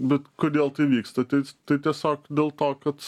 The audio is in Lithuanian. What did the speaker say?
bet kodėl tai vyksta tai tiesiog dėl to kad